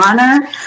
honor